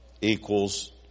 equals